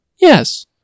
Yes